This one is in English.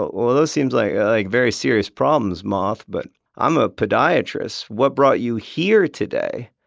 well, those seem like like very serious problems, moth, but i'm a podiatrist. what brought you here today?